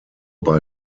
bei